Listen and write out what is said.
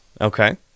Okay